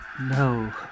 no